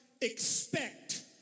expect